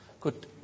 Good